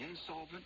insolvent